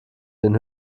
den